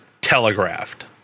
telegraphed